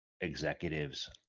executives